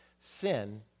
Sin